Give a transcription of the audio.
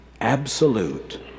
absolute